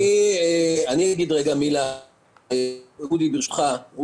אודי, ברשותך, אני אגיד מילה.